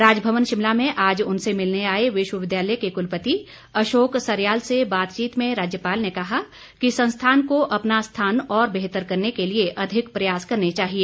राजभवन शिमला में आज उनसे मिलने आए विश्वविद्यालय के कुलपति अशोक सरयाल से बातचीत में राज्यपाल ने कहा कि संस्थान को अपना स्थान और बेहतर करने के लिए अधिक प्रयास करने चाहिए